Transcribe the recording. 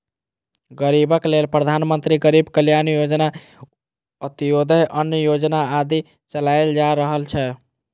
गरीबक लेल प्रधानमंत्री गरीब कल्याण योजना, अंत्योदय अन्न योजना आदि चलाएल जा रहल छै